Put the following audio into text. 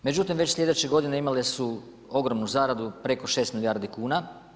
Međutim, već sljedeće godine imale su ogromnu zaradu preko 6 milijardi kuna.